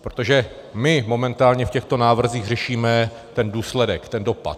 Protože my momentálně v těchto návrzích řešíme ten důsledek, ten dopad.